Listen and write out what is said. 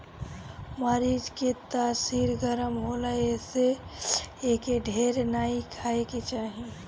मरीच के तासीर गरम होला एसे एके ढेर नाइ खाए के चाही